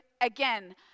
again